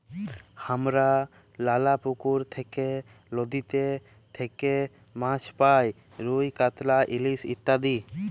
হামরা লালা পুকুর থেক্যে, লদীতে থেক্যে মাছ পাই রুই, কাতলা, ইলিশ ইত্যাদি